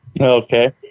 Okay